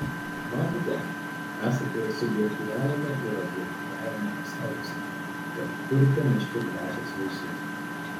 matote esate ir subjektyviajame ir objektyviajame pasauliuose tad turite nešti dvasios vaisius